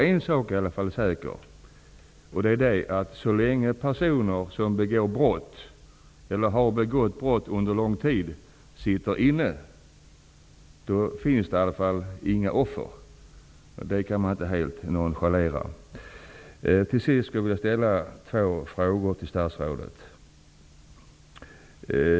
En sak är i alla fall säker, så länge personer som begår eller har begått brott under lång tid sitter inne finns det inga offer. Detta faktum kan man inte nonchalera helt. Avslutningsvis skulle jag vilja ställa två frågor till statsrådet.